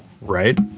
right